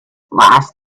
last